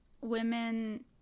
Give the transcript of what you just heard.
women